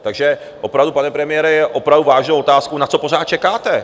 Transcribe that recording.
Takže opravdu, pane premiére, je opravdu vážnou otázkou na co pořád čekáte?